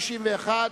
בעד,